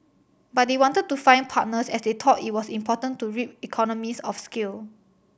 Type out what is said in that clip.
but they wanted to find partners as they thought it was important to reap economies of scale